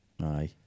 Aye